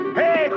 hey